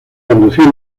conducir